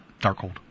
Darkhold